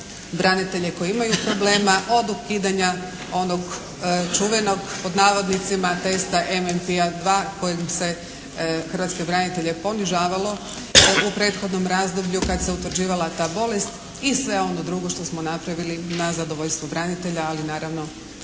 branitelje koji imaju probleme, od ukidanja onog čuvenog , pod navodnicima "testa MMP 2" kojim se hrvatske branitelje ponižavalo u prethodnom razdoblju kad se utvrđivala ta bolest i sve ono drugo što smo napravili na zadovoljstvo branitelja, ali naravno